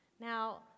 Now